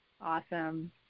Awesome